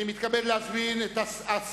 (חותם על ההצהרה) אני מתכבד להזמין את השר